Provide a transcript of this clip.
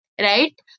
right